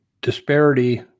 disparity